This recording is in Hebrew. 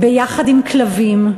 עם כלבים,